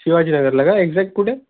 शिवाजीनगरला का एक्झॅट कुठे